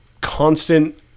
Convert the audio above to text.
constant